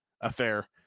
affair